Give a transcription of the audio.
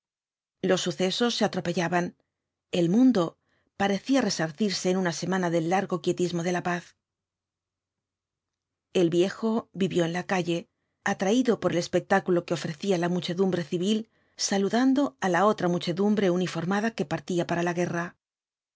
los sucesos se atropellahan el mundo parecía tesarcirse en una semana del largo quietismo de paz el viejo vivió en la calle atraído por el espectáculo que ofrecía la muchedumbre civil saludando á la otra muchedumbre uniformada que partía para la guerra